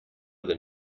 than